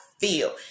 feel